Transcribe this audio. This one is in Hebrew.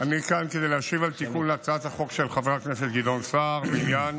אני כאן כדי להשיב על תיקון להצעת החוק של חבר הכנסת גדעון סער בעניין